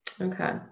Okay